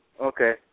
Okay